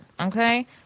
Okay